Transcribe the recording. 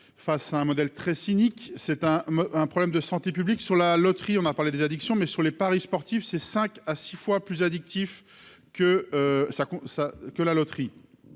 face à un modèle très cynique, c'est un un problème de santé publique sur la loterie, on a parlé des addictions, mais sur les paris sportifs, c'est 5 à 6 fois plus addictifs que ça ça que